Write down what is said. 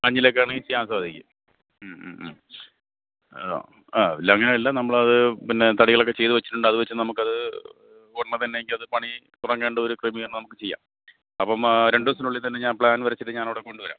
അഞ്ഞിലിയൊക്കെയാണെങ്കില് ചെയ്യാന് സാധിക്കും അ ആ ഇല്ല അങ്ങനെയല്ല നമ്മളതു പിന്നെ തടികളൊക്കെ ചെയ്തുവച്ചിട്ടുണ്ട് അതുവച്ചു നമുക്കത് ഒരെണ്ണം തന്നെയെങ്കില് അതു പണി തുടങ്ങേണ്ട ഒരു ക്രമീകരണം നമുക്ക് ചെയ്യാം അപ്പോള് രണ്ടു ദിവസത്തിനുള്ളിൽ തന്നെ ഞാൻ പ്ലാൻ വരച്ചിട്ട് ഞാനവിടെ കൊണ്ടുവരാം ഉം